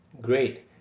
Great